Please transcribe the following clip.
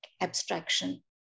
abstraction